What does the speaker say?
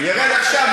יֵרד עכשיו,